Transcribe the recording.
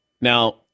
Now